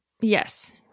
Yes